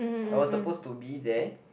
I was supposed to be there